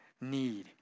need